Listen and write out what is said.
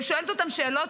ושואלת אותם שאלות,